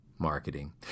Marketing